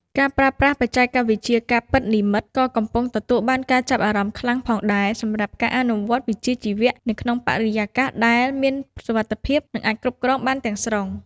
ការប្រើប្រាស់បច្ចេកវិទ្យាការពិតនិម្មិត ក៏កំពុងទទួលបានការចាប់អារម្មណ៍ខ្លាំងផងដែរសម្រាប់ការអនុវត្តវិជ្ជាជីវៈនៅក្នុងបរិយាកាសដែលមានសុវត្ថិភាពនិងអាចគ្រប់គ្រងបានទាំងស្រុង។